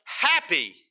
happy